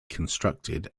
constructed